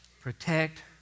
protect